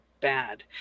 bad